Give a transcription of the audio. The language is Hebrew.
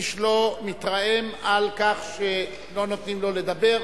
איש לא מתרעם על כך שלא נותנים לו לדבר.